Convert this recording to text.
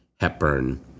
Hepburn